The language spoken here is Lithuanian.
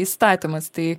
įstatymas tai